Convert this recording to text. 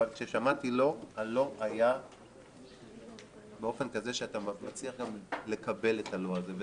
אבל כששמעתי לא הלא היה באופן כזה שאתה מצליח גם לקבל את הלא הזה.